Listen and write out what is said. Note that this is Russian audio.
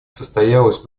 состоялась